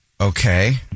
Okay